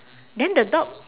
then the dog